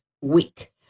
week